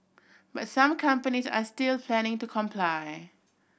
but some companies are still planning to comply